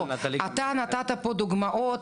אתה נתת פה דוגמאות,